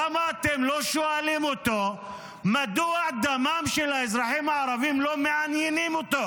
למה אתם לא שואלים אותו מדוע דמם של האזרחים הערבים לא מעניין אותו?